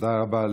תודה רבה.